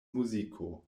muziko